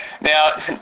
Now